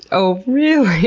oh, really?